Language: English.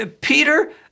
Peter